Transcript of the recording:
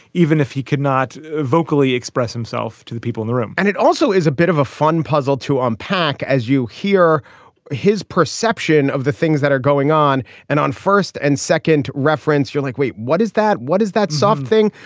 even if he cannot vocally express himself to the people in the room? and it also is a bit of a fun puzzle to unpack as you hear his perception of the things that are going on and on first and second reference. you're like, wait, what is that? what is that something?